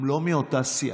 גם לא מאותה סיעה.